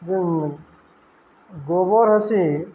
ଯେନ୍ ଗୋବର୍ ହେସି